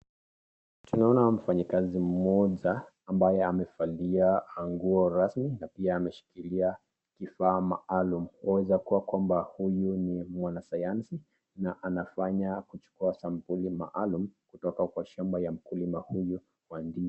Tunaona mfanyikazi mmoja ambaye amevalia nguo rasmi na pia ameshikilia kifaa maalum, waweza kuwa kwamba huyu ni mwanasayansi na anafanya kuchukua sampuli maalum kutoka kwa shamba ya mkulima huyu wa ndizi.